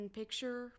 picture